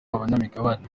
abanyamigabane